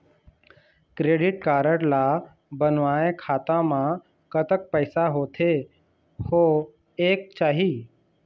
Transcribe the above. Credit card ला बनवाए खाता मा कतक पैसा होथे होएक चाही?